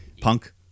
Punk